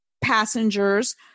passengers